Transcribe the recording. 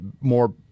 more